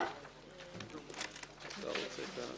הישיבה נעולה.